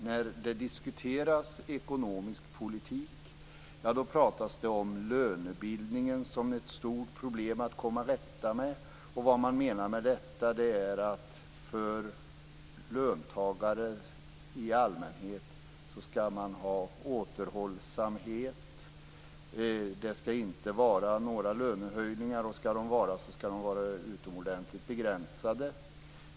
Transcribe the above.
När det diskuteras ekonomisk politik talas det om lönebildningen som ett stort problem att komma till rätta med. Vad man menar med detta är att man för löntagare i allmänhet skall ha återhållsamhet. Det skall inte vara några lönehöjningar, och skall det vara några sådana skall de vara utomordentligt begränsade.